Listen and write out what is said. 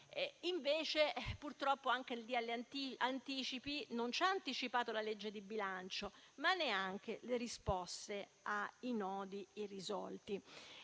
Invece, purtroppo, il decreto-legge anticipi non ha anticipato la legge di bilancio e neanche le risposte ai nodi irrisolti.